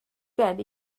gen